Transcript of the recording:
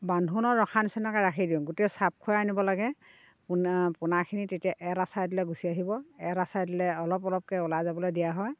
বান্ধোনত ৰখা নিচিনাকৈ ৰাখি দিওঁ গোটেই চাপ খুৱাই আনিব লাগে পোনা পোনাখিনি এটা ছাইডলৈ গুচি আহিব এটা ছাইডলৈ অলপ অলপকৈ ওলাই যাবলৈ দিয়া হয়